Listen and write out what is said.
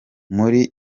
muri